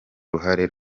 ruhare